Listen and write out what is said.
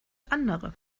andere